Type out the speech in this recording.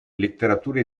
letteratura